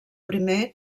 primer